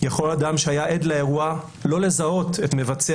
יכול אדם שהיה עד לאירוע לא לזהות את מבצע